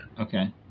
Okay